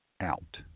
out